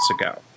ago